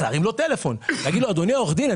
להרים לו טלפון ולהגיד לו אדוני עורך הדין,